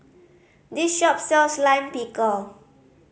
this shop sells Lime Pickle